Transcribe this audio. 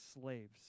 slaves